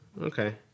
Okay